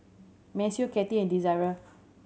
Maceo Kati and Desirae